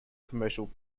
commercial